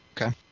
Okay